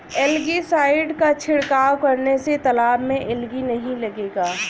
algae side का छिड़काव करने से तालाब में एलगी नहीं लगेगा